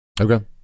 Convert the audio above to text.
Okay